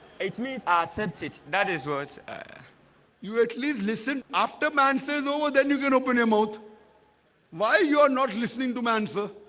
it means a ah census that is worse ah you at least listen after man says over then you can open your mouth why you are not listening to man, sir?